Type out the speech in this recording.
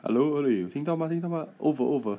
hello 你有听到吗 over over